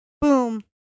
boom